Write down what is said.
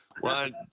One